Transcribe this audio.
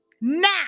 Now